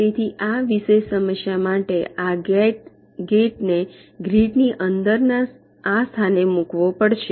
તેથી આ વિશેષ સમસ્યા માટે આ ગેટ ને ગ્રીડ ની અંદર આ સ્થાને મૂકવો પડશે